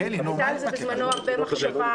הייתה על זה בזמנו הרבה מחשבה